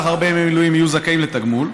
הרבה ימי מילואים יהיו זכאים לתגמול,